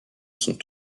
sont